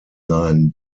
sein